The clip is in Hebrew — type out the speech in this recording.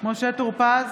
משה טור פז,